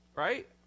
Right